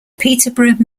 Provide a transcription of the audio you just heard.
peterborough